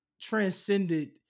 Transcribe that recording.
transcended